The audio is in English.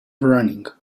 running